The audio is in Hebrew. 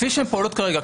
כפי שהן פועלות כרגע,